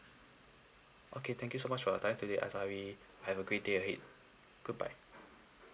okay thank you so much for your time today azahari have a great day ahead goodbye